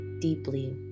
deeply